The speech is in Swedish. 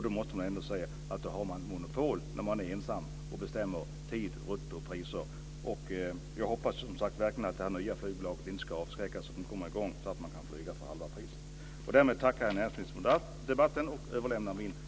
Då måste man ändå säga att man har monopol när man är ensam och bestämmer tid, rutt och priser. Jag hoppas, som sagt, verkligen att det nya flygbolaget inte ska avskräckas, utan att det kommer i gång så att man kan flyga för halva priset. Därmed tackar jag näringsministern för debatten och överlämnar min motion.